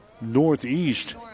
northeast